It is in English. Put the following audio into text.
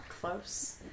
Close